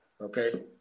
Okay